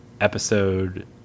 episode